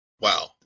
wow